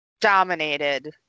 dominated